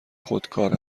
خودکار